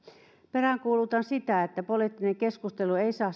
peräänkuulutan sitä että poliittinen keskustelu ei saa